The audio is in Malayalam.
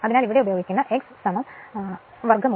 അതിനാൽ ഇവിടെ ഉപയോഗിക്കുന്ന X √√Z 2 R2